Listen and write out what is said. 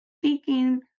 speaking